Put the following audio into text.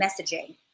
messaging